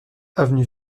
avenue